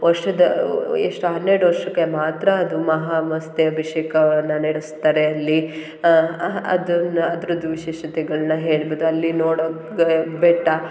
ವರ್ಷದ ಎಷ್ಟು ಹನ್ನೆರಡು ವರ್ಷಕ್ಕೆ ಮಾತ್ರ ಅದು ಮಹಾಮಸ್ತ ಅಭಿಷೇಕವನ್ನು ನಡ್ಸ್ತಾರೆ ಅಲ್ಲಿ ಅದನ್ನು ಅದರದ್ದು ವಿಶೇಷತೆಗಳನ್ನ ಹೇಳುವುದು ಅಲ್ಲಿ ನೋಡಕ್ಕೆ ಬೆಟ್ಟ